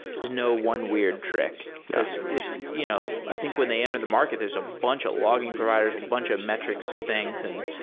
there's no one weird trick, because you know i think when they entered the market, there's a bunch of logging providers, a bunch of metrics things and